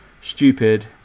stupid